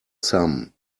sum